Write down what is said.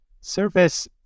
service